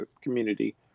community